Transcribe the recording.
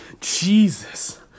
Jesus